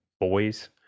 boys